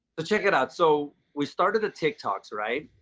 check it out. so we started attiktok, so right?